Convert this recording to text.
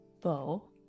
bow